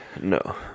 No